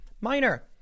Minor